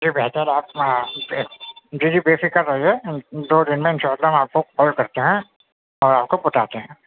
جی بہتر ہے آپ جی جی بے فکر رہیے دو دن میں انشاء اللہ ہم آپ کو کال کرتے ہیں اور آپ کو بتاتے ہیں